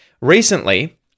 Recently